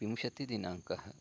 विंशतिदिनाङ्कः